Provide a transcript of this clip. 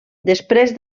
després